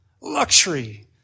luxury